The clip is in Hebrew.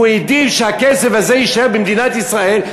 הוא הבין שמוטב שהכסף הזה יישאר במדינת ישראל,